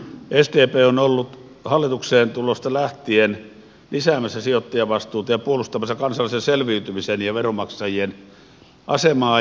sdp on ollut hallitukseen tulosta lähtien lisäämässä sijoittajavastuuta ja puolustamassa kansallisen selviytymisen ja veronmaksajien asemaa